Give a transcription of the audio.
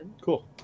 Cool